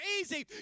easy